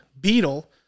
Beetle